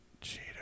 cheater